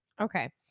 Okay